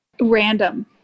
Random